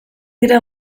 dira